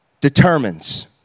determines